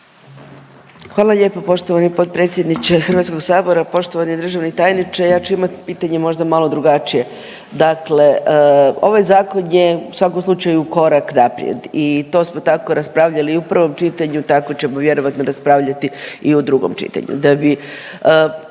Hvala lijepo poštovani potpredsjedniče Hrvatskog sabora. Poštovani državni tajniče ja ću imat pitanje možda malo drugačije. Dakle, ovaj zakon je u svakom slučaju korak naprijed i to smo tako raspravljali i u prvom čitanju, tako ćemo vjerojatno raspravljati i u drugom čitanju.